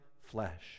flesh